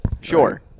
sure